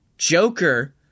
joker